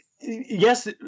yes